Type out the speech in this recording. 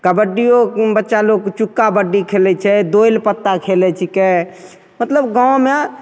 कबड्डियों बच्चा लोग चुक्का बड्डी खेलय छै दौलि पत्ता खेलय छीकै मतलब गाँवमे